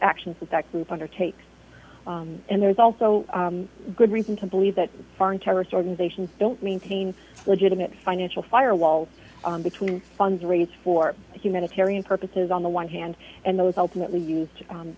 actions that group undertakes and there's also good reason to believe that foreign terrorist organizations don't maintain legitimate financial firewall between fundraise for humanitarian purposes on the one hand and those ultimately used